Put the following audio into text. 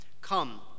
Come